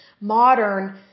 modern